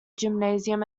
gymnasium